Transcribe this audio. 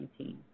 2019